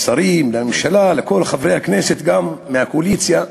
לשרים, לממשלה, לכל חברי הכנסת, גם מהקואליציה,